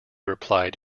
replied